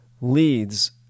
leads